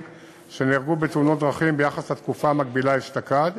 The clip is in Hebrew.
שנהרגו בתאונות דרכים ביחס לתקופה המקבילה אשתקד.